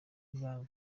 bwami